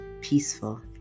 peaceful